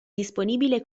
disponibile